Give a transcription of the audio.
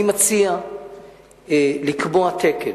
אני מציע לקבוע תקן